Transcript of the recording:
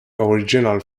original